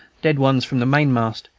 dead ones from the mainmast,